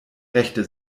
rechte